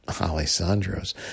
Alessandro's